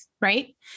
right